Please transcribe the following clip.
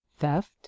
theft